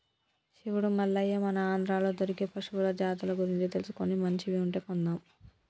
శివుడు మల్లయ్య మన ఆంధ్రాలో దొరికే పశువుల జాతుల గురించి తెలుసుకొని మంచివి ఉంటే కొందాం